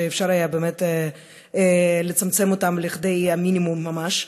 שאפשר יהיה באמת לצמצם אותן לכדי המינימום ממש,